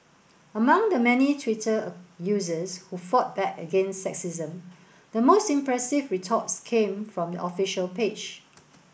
among the many Twitter users who fought back against sexism the most impressive retorts came from the official page